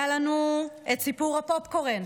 היה לנו את סיפור הפופקורן,